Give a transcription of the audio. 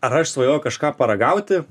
ar aš svajojau kažką paragauti